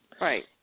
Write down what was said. Right